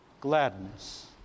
gladness